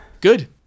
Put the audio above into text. Good